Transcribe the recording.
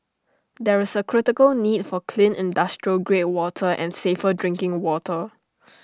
there is A critical need for clean industrial grade water and safer drinking water